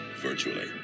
virtually